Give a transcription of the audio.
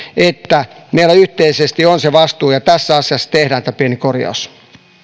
että meillä yhteisesti on se vastuu ja tässä asiassa tehdään tämä pieni korjaus